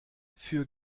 für